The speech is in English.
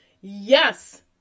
yes